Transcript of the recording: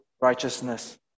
righteousness